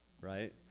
right